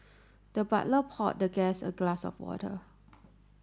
the butler poured the guest a glass of water